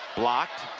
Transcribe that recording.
blocked,